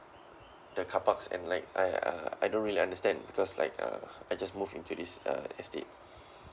the carparks and like I I I don't really understand because like uh I just move into this uh estate